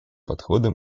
подходом